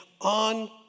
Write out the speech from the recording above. on